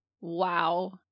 Wow